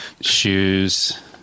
shoes